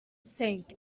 sank